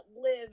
live